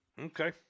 Okay